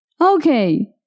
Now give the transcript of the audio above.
Okay